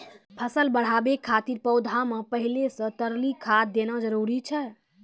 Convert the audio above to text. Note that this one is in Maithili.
फसल बढ़ाबै खातिर पौधा मे पहिले से तरली खाद देना जरूरी छै?